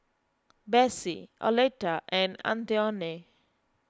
Besse Oleta and Antione